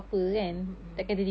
mm mm